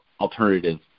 alternative